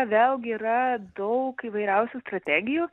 vėlgi yra daug įvairiausių strategijų